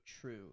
True